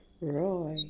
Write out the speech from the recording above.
roy